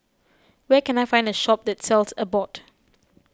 where can I find a shop that sells Abbott